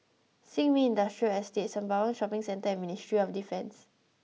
Sin Ming Industrial Estate Sembawang Shopping Centre and Ministry of Defence